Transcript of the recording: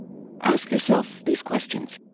ask yourself these questions!